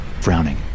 frowning